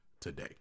today